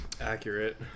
accurate